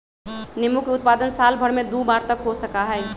नींबू के उत्पादन साल भर में दु बार तक हो सका हई